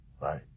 right